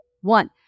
one